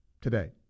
today